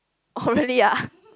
oh really ah